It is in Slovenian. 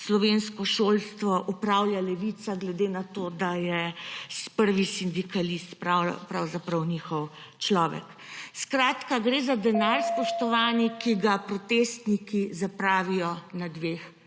slovensko šolstvo upravlja Levica, glede na to da je prvi sindikalist pravzaprav njihov človek. Skratka, gre za denar, spoštovani, ki ga protestniki zapravijo na dveh